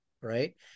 right